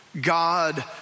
God